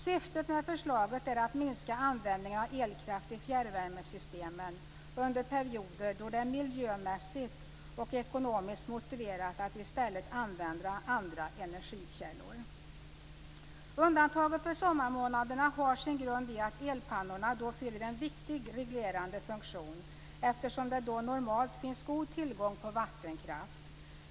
Syftet med förslaget är att minska användningen av elkraft i fjärrvärmesystemen under perioder då det är miljömässigt och ekonomiskt motiverat att i stället använda andra energikällor. Undantaget för sommarmånaderna har sin grund i att elpannorna då fyller en viktig reglerande funktion, eftersom det då normalt finns god tillgång på vattenkraft.